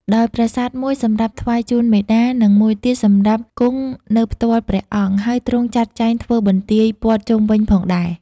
ដោយប្រាសាទមួយសម្រាប់ថ្វាយជូនមេតា និងមួយទៀតសម្រាប់គង់នៅផ្ទាល់ព្រះអង្គ ហើយទ្រង់ចាត់ចែងធ្វើបន្ទាយព័ទ្ធជុំវិញផងដែរ។